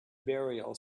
burial